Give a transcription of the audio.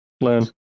learn